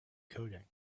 coding